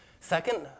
Second